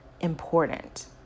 important